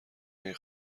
این